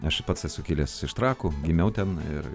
aš pats esu kilęs iš trakų gimiau ten ir